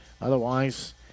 Otherwise